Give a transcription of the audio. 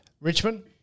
Richmond